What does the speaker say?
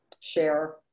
share